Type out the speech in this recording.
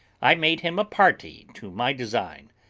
i made him a party to my design,